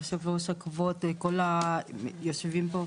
יושב הראש וכבוד כל היושבים פה.